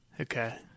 Okay